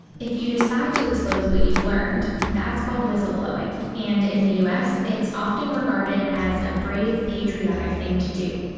if you decide to expose what you've learned, that's called whistleblowing. and in the us, it's often regarded as a brave, patriotic thing to do.